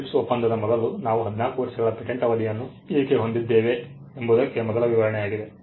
TRIPS ಒಪ್ಪಂದದ ಮೊದಲು ನಾವು 14 ವರ್ಷಗಳ ಪೇಟೆಂಟ್ ಅವಧಿಯನ್ನು ಏಕೆ ಹೊಂದಿದ್ದೇವೆ ಎಂಬುದಕ್ಕೆ ಮೊದಲ ವಿವರಣೆಯಾಗಿದೆ